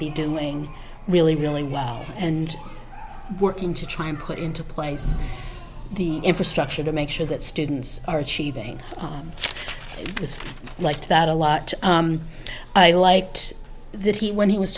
be doing really really well and working to try and put into place the infrastructure to make sure that students are achieving it's like that a lot i liked that he when he was